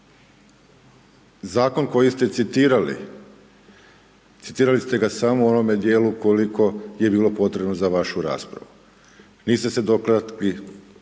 Zakon koji ste citirali, citirali ste ga samo u onome dijelu koliko je bilo potrebno za vašu raspravu, niste se dotakli